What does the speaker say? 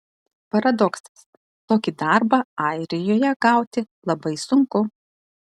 paradoksas tokį darbą airijoje gauti labai sunku